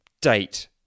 date